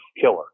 killer